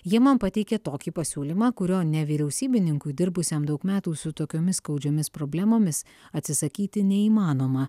jie man pateikė tokį pasiūlymą kurio nevyriausybininkui dirbusiam daug metų su tokiomis skaudžiomis problemomis atsisakyti neįmanoma